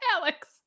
Alex